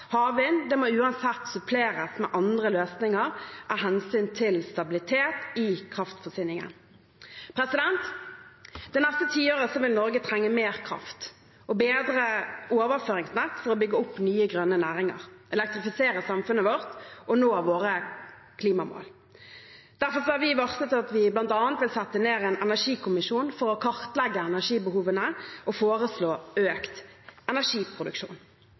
må uansett suppleres med andre løsninger av hensyn til stabilitet i kraftforsyningen. Det neste tiåret vil Norge trenge mer kraft og bedre overføringsnett for å bygge opp nye grønne næringer, elektrifisere samfunnet og nå våre klimamål. Derfor har vi varslet at vi bl.a. vil sette ned en energikommisjon for å kartlegge energibehovene og foreslå økt energiproduksjon.